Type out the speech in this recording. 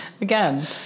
Again